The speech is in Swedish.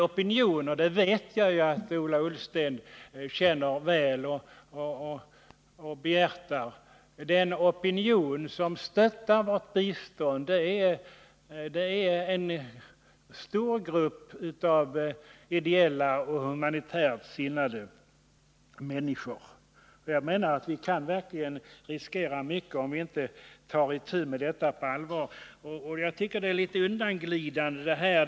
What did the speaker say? Jag vet att också Ola Ullsten känner väl till och behjärtar att den opinion som stöttar vårt bistånd är en stor grupp ideella och humanitärt sinnade människor. Vi kan verkligen riskera mycket om vi inte tar itu med problemen i Bai Bang på allvar. Jag tycker att utrikesministerns svar är litet undanglidande.